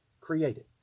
created